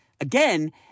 again